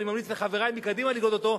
ואני ממליץ לחברי מקדימה לקנות אותו,